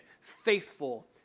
faithful